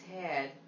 head